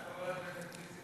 מה עם חבר הכנסת נסים